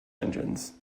engines